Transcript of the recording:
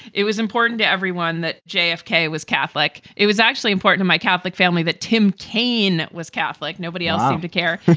it was important to everyone that jfk was catholic. it was actually important in my catholic family that tim taine was catholic. nobody else seemed to care.